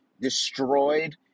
destroyed